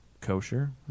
kosher